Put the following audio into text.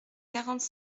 quarante